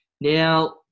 now